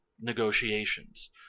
negotiations